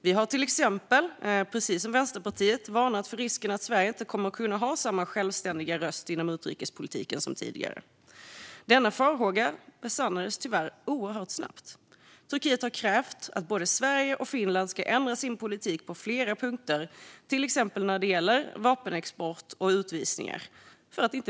Precis som Vänsterpartiet har vi till exempel varnat för risken att Sverige inte kommer att kunna ha samma självständiga röst inom utrikespolitiken som tidigare. Denna farhåga besannades tyvärr oerhört snabbt. För att inte blockera medlemsansökan har Turkiet krävt att både Sverige och Finland ska ändra sin politik på flera punkter, till exempel när det gäller vapenexport och utvisningar.